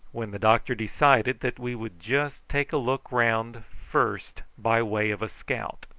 when the doctor decided that we would just take a look round first by way of a scout.